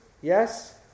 yes